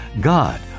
God